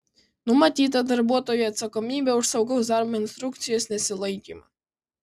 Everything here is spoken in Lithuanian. numatyta darbuotojų atsakomybė už saugaus darbo instrukcijos nesilaikymą